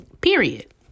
period